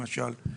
למשל.